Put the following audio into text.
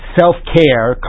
self-care